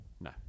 No